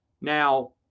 Now